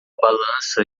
balança